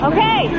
Okay